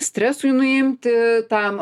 stresui nuimti tam